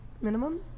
Minimum